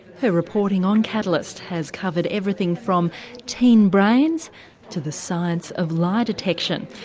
her reporting on catalyst has covered everything from teen brains to the science of lie detection.